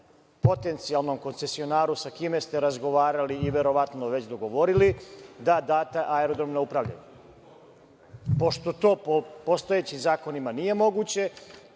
potencijalnom koncesionaru, sa kime ste razgovarali i verovatno već dogovorili, da date aerodrom na upravljanje. Pošto to po postojećim zakonima nije moguće,